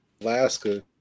Alaska